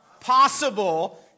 possible